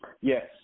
Yes